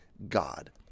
God